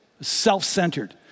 self-centered